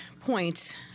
points